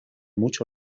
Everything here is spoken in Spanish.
mucho